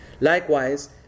Likewise